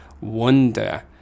wonder